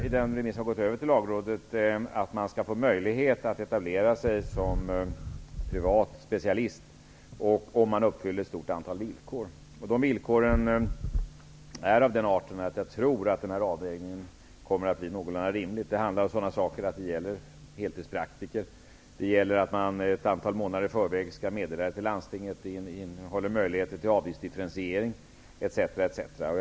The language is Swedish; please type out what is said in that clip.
I den remiss som har översänts till lagrådet föreslår vi att det skall bli möjligt att etablera sig som privat specialist, om man uppfyller ett stort antal villkor. Dessa villkor är av den arten att jag tror att denna avvägning kommer att bli någorlunda rimlig. Det gäller t.ex. krav på att man skall vara heltidspraktiker, att man ett par månader i förväg skall meddela sig med landstinget, att det skall finnas möjligheter till en avgiftsdifferentiering etc.